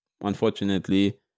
unfortunately